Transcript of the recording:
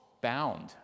bound